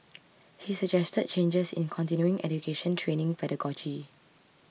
he suggested changes in continuing education training pedagogy